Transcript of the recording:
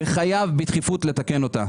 וחייב בדחיפות לתקן אותה.